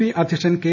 P അധൃക്ഷൻ K